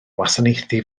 wasanaethu